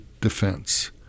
defense